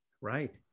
right